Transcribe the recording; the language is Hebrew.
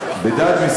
פרלמנטרית, בוועדת טל.